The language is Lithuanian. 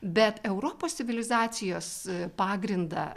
bet europos civilizacijos pagrindą